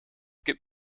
gibt